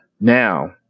Now